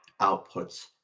outputs